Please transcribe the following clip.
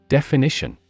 Definition